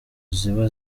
ziba